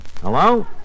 Hello